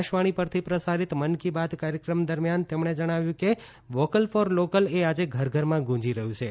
આકાશવાણી પરથી પ્રસારિત મન કી બાત કાર્યક્રમ દરમિયાન તેમણે જણાવ્યું કે વોકલ ફોર લોકલ એ આજે ઘર ઘરમાં ગૂંજી રહ્યું છે